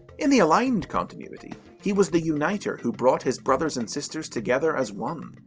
in the aligned continuity, he was the uniter who brought his brothers and sisters together as one.